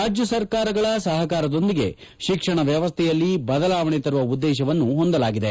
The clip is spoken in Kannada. ರಾಜ್ಯ ಸರ್ಕಾರಗಳ ಸಹಕಾರದೊಂದಿಗೆ ಶಿಕ್ಷಣ ವ್ಯವಸ್ಥೆಯಲ್ಲಿ ಬದಲಾವಣೆ ತರುವ ಉದ್ದೇಶವನ್ನು ಹೊಂದಲಾಗಿದೆ